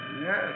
Yes